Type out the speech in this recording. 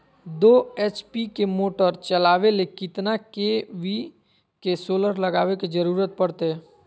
दो एच.पी के मोटर चलावे ले कितना के.वी के सोलर लगावे के जरूरत पड़ते?